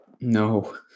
No